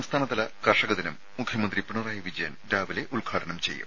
സംസ്ഥാനതല കർഷക ദിനം മുഖ്യമന്ത്രി പിണറായി വിജയൻ രാവിലെ ഉദ്ഘാടനം ചെയ്യും